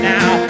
Now